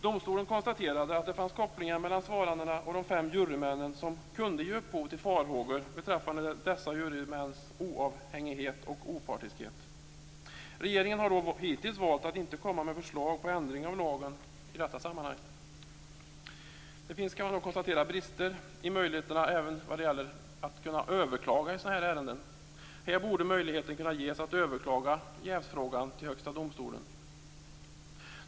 Domstolen konstaterade att det fanns kopplingar mellan svarandena och de fem jurymännen som kunde ge upphov till farhågor beträffande dessa jurymäns oavhängighet och opartiskhet. Regeringen har hittills valt att inte komma med förslag till ändring av lagen i detta sammanhang. Det finns, kan man konstatera, brister även när det gäller möjligheterna att överklaga i sådana här ärenden. Här borde möjlighet ges att överklaga jävsfrågan till Högsta domstolen.